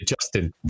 Justin